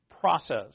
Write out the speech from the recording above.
process